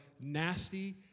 nasty